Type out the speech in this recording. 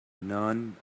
none